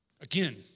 Again